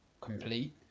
complete